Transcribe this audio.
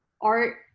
art